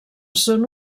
són